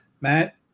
Matt